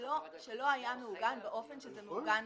שלא היה מעוגן באופן הזה.